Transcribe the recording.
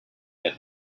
and